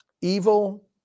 evil